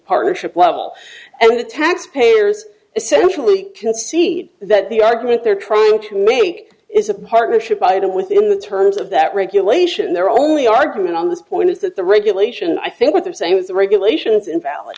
partnership level and the taxpayers essentially concede that the argument they're trying to make is a partnership item within the terms of that regulation there only argument on this point is that the regulation i think what they're saying is the regulations invalid